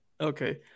Okay